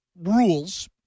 rules